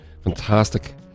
fantastic